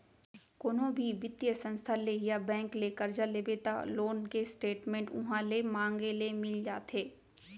कोनो भी बित्तीय संस्था ले या बेंक ले करजा लेबे त लोन के स्टेट मेंट उहॉं ले मांगे ले मिल जाथे